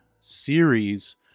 series